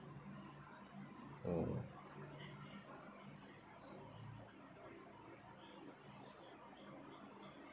mm